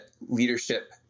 leadership